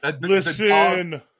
Listen